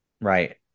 right